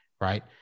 right